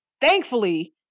Thankfully